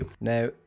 now